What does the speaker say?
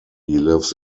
lives